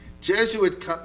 Jesuit